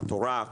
התורה,